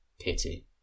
Pity